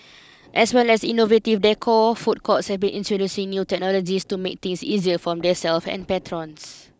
as well as innovative decor food courts have been introducing new technologies to make things easier for themselves and patrons